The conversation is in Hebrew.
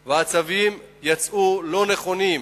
ויצאו צווים לא נכונים,